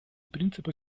принципы